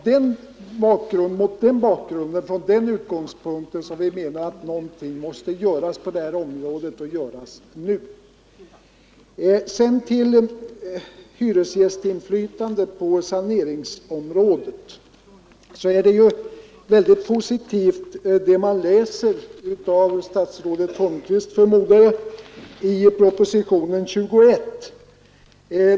Det är från den utgångspunkten som vi menar att någonting måste göras på det här området och göras nu. Sedan över till hyresgästinflytandet på saneringsområdet! Det man läser i propositionen 21 — av statsrådet Holmqvist, förmodar jag — är mycket positivt.